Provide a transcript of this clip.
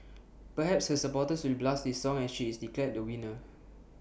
perhaps her supporters will blast this song as she is declared the winner